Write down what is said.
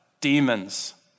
demons